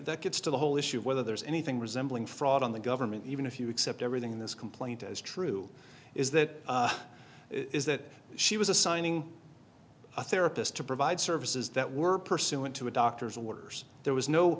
that gets to the whole issue of whether there's anything resembling fraud on the government even if you accept everything this complaint as true is that is that she was assigning a therapist to provide services that were pursuant to a doctor's orders there was no